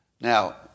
Now